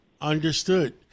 Understood